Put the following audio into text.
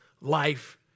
life